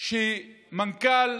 כך שמנכ"ל